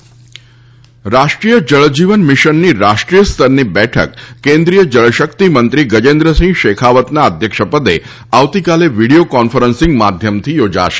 જળજીવન mission રાષ્ટ્રીય જળજીવન મિશનની રાષ્ટ્રીય સ્તરની બેઠક કેન્દ્રીય જળશક્તિ મંત્રી ગજેન્દ્રસિંહ શેખાવતના અધ્યક્ષપદે આવતીકાલે વીડિયો કોન્ફરન્સિંગ માધ્યમથી યોજાશે